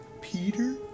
Peter